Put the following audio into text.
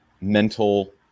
mental